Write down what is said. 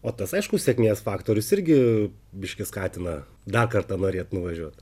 o tas aišku sėkmės faktorius irgi biški skatina dar kartą norėt nuvažiuot